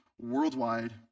worldwide